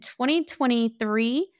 2023